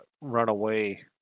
runaway